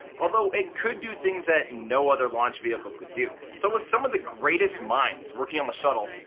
although it could do things that no other launch vehicle could do. so with some of the greatest minds working on the shuttle,